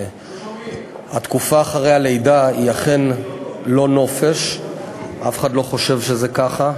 אף אחד לא חושב שזה ככה,